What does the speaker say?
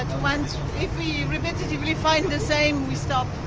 and repetitively find the same, we stop.